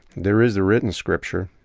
there is the written scripture,